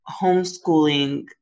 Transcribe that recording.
homeschooling